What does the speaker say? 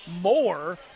more